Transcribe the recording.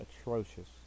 atrocious